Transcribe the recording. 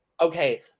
Okay